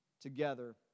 together